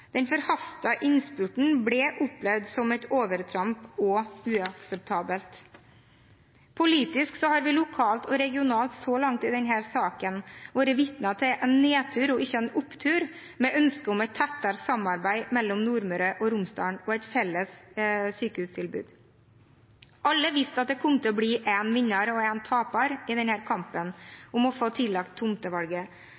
Den forhastede innspurten ble opplevd som et overtramp og uakseptabelt. Politisk har vi lokalt og regionalt så langt i denne saken vært vitne til en nedtur, ikke en opptur, med hensyn til ønsket om et tettere samarbeid mellom Nordmøre og Romsdal og et felles sykehustilbud. Alle visste at det kom til å bli en vinner og en taper i denne kampen om å få tildelt tomtevalget.